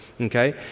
okay